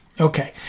Okay